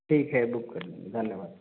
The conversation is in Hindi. ठीक है बुक कर लीजिए धन्यवाद